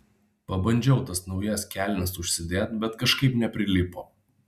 pabandžiau tas naujas kelnes užsidėt bet kažkaip neprilipo